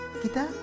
kita